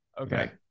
Okay